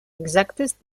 exactes